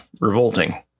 revolting